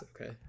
Okay